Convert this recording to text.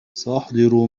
سأحضر